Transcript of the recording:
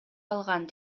алган